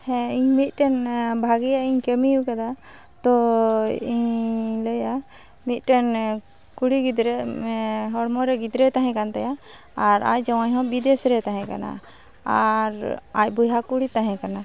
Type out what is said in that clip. ᱦᱮᱸ ᱤᱧ ᱢᱤᱫᱴᱮᱱ ᱵᱷᱟᱹᱜᱤᱭᱟᱜᱤᱧ ᱠᱟᱹᱢᱤᱣ ᱟᱠᱟᱫᱟ ᱛᱳ ᱤᱧᱤᱧ ᱞᱟᱹᱭᱟ ᱢᱤᱫᱴᱮᱱ ᱠᱩᱲᱤᱜᱤᱫᱽᱨᱟᱹ ᱦᱚᱲᱢᱚᱨᱮ ᱜᱤᱫᱽᱨᱟᱹᱭ ᱛᱟᱦᱮᱸᱠᱟᱱᱛᱟᱭᱟ ᱟᱨ ᱟᱡ ᱡᱟᱶᱟᱭᱦᱚᱸ ᱵᱤᱫᱮᱥᱨᱮᱭ ᱛᱟᱦᱮᱸᱠᱟᱱᱟ ᱟᱨ ᱟᱡ ᱵᱚᱭᱦᱟᱠᱩᱲᱤᱭ ᱛᱟᱦᱮᱸᱠᱟᱱᱟᱭ